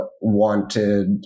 wanted